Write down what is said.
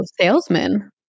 salesmen